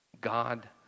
God